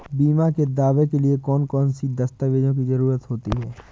बीमा के दावे के लिए कौन कौन सी दस्तावेजों की जरूरत होती है?